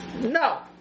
No